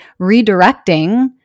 redirecting